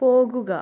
പോകുക